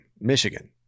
Michigan